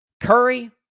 Curry